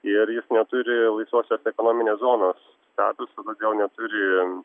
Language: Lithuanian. ir jis neturi laisvosios ekonominės zonos statuso todėl neturi